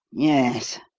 yes,